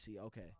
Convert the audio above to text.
okay